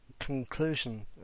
conclusion